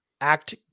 Act